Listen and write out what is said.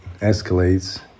escalates